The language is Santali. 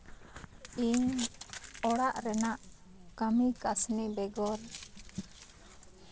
ᱤᱧ ᱚᱲᱟᱜ ᱨᱮᱱᱟᱜ ᱠᱟᱹᱢᱤ ᱠᱟᱹᱥᱱᱤ ᱵᱮᱜᱚᱨ